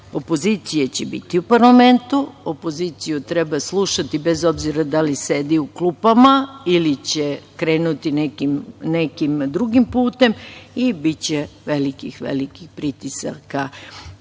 Opozicije će biti u parlamentu. Opoziciju treba slušati, bez obzira da li sedi u klupama ili će krenuti nekim drugim putem i biće velikih, velikih pritisaka